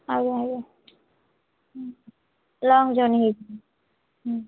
ଆଉ ଆଉ ହୁଁ ଲଙ୍ଗ୍ ଜର୍ଣ୍ଣି ହୋଇଯିବ ହୁଁ